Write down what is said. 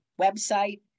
website